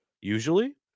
usually